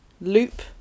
loop